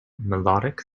melodic